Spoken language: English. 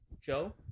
Joe